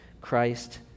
Christ